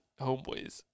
homeboys